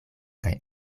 kaj